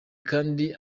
kandi